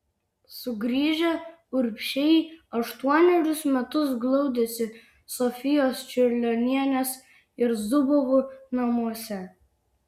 sugrįžę urbšiai aštuonerius metus glaudėsi sofijos čiurlionienės ir zubovų namuose